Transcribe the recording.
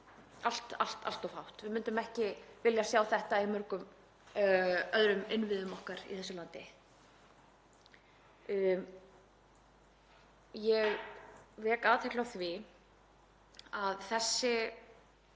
mati allt, allt of hátt. Við myndum ekki vilja sjá þetta í mörgum öðrum innviðum okkar í þessu landi. Ég vek athygli á því að þessi